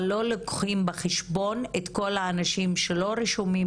אבל לא לוקחים בחשבון את כל האנשים שלא רשומים